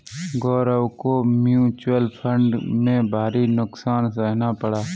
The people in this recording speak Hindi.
गौरव को म्यूचुअल फंड में भारी नुकसान सहना पड़ा